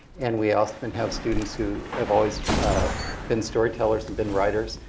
and we also often have students who have always been storytellers and been writers,